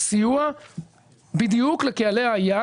סיוע בדיוק לקהלי היעד.